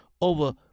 over